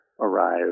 arrive